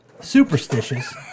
superstitious